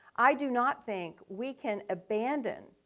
i do not think we can abandon